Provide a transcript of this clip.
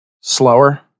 slower